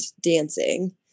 dancing